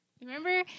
remember